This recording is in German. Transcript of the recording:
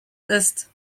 ist